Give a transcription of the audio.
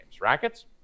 Rackets